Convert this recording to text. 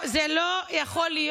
מה זה לא יכול להיות?